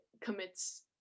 commits